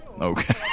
Okay